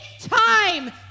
time